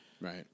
Right